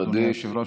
אדוני היושב-ראש.